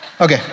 Okay